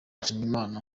nshimirimana